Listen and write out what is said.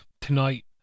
tonight